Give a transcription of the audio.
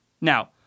Now